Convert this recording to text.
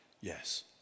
Yes